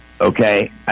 okay